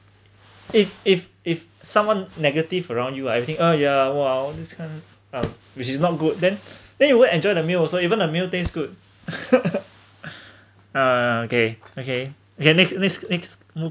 if if if someone negative around you uh everything uh yeah !wow! this kind um which is not good then then you won't enjoy the meal also even the meal taste good ah okay okay okay next next next move